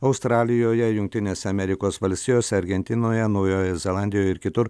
australijoje jungtinėse amerikos valstijose argentinoje naujojoje zelandijoje ir kitur